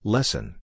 Lesson